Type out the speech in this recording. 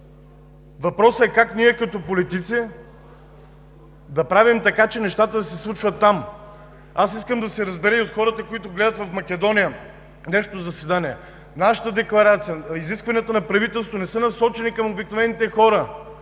Въпросът е как ние като политици да правим така, че нещата да се случват там. Аз искам да се разбере и от хората, които гледат днешното заседание в Македония. Нашата декларация, изискването на правителството не са насочени към обикновените хора.